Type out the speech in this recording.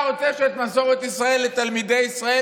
אתה רוצה שאת מסורת ישראל לתלמידי ישראל,